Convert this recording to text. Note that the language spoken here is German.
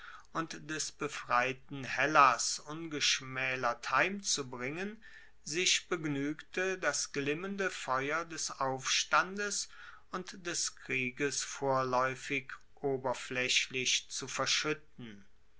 und des befreiten hellas ungeschmaelert heimzubringen sich begnuegte das glimmende feuer des aufstandes und des krieges vorlaeufig oberflaechlich zu verschuetten